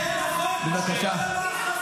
עשרה ימים אנשים ללא קורת גג.